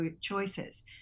choices